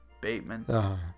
Bateman